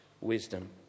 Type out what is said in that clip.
wisdom